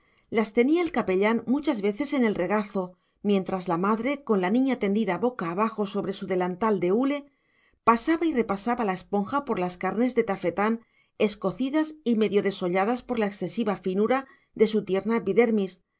hay las tenía el capellán muchas veces en el regazo mientras la madre con la niña tendida boca abajo sobre su delantal de hule pasaba y repasaba la esponja por las carnes de tafetán escocidas y medio desolladas por la excesiva finura de su tierna epidermis